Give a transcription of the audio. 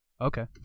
Okay